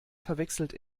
verwechselt